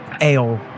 ale